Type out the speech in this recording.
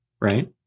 right